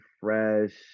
fresh